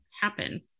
happen